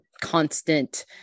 constant